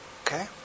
Okay